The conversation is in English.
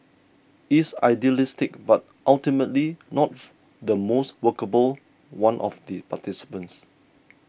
it's idealistic but ultimately not the most workable one of the participants